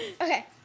Okay